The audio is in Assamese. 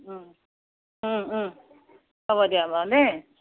হ'ব দিয়া বাৰু দেই